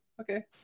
Okay